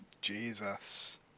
Jesus